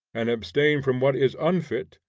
and abstain from what is unfit,